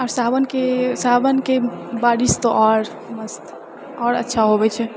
आओर सावनके सावनके बारिश तऽ आओर मस्त आओर अच्छा होबैत छै